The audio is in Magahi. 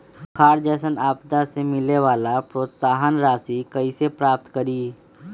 सुखार जैसन आपदा से मिले वाला प्रोत्साहन राशि कईसे प्राप्त करी?